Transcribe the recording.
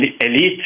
elite